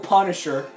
Punisher